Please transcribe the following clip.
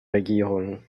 regierung